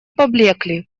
поблекли